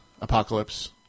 Apocalypse